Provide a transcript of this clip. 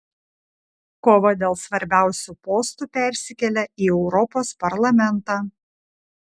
kova dėl svarbiausių postų persikelia į europos parlamentą